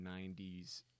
90s